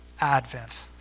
advent